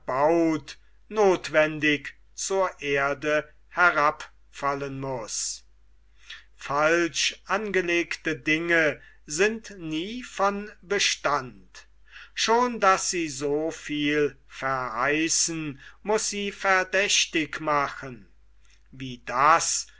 erbaut nothwendig zur erde herabfallen muß falsch angelegte dinge sind nie von bestand schon daß sie so viel verheißen muß sie verdächtig machen wie das